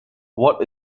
what